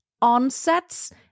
onsets